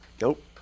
Nope